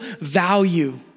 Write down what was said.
value